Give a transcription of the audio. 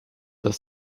das